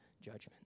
judgment